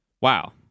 Wow